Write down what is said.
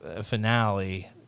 finale